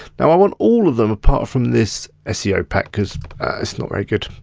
now i want all of them, apart from this ah seo pack, cause it's not very good.